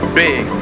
big